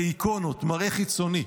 כאיקונות, מראה חיצוני.